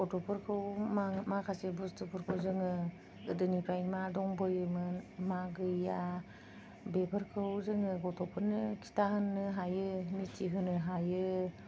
गथ'फोरखौ मा माखासे बुस्तुफोरखौ जोङो गोदोनिफ्राय मा दंबोयोमोन मा गैया बेफोरखौ जोङो गथ'फोरनो खिथाहोन्नो हायो मिथि होनो हायो